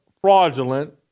fraudulent